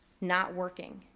not working.